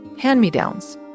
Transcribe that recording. hand-me-downs